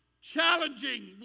challenging